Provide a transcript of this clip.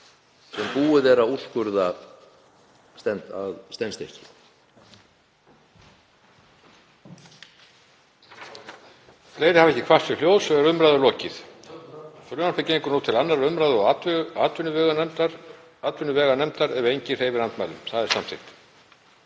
sem búið er að úrskurða að standist